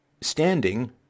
standing